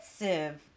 expensive